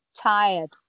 tired